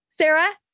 sarah